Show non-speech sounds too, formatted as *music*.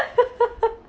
*laughs*